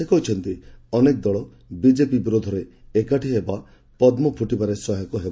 ସେ କହିଛନ୍ତି ଅନେକ ଦଳ ବିଜେପି ବିରୋଧରେ ଏକାଠି ହେବା ପଦୁ ଫୂଟିବାରେ ସହାୟକ ହେବ